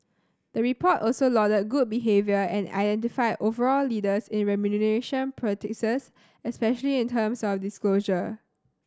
the report also lauded good behaviour and identified overall leaders in remuneration practices especially in terms of disclosure